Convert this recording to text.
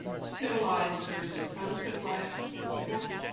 civilized versus uncivilized peoples.